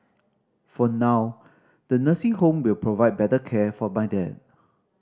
for now the nursing home will provide better care for my dad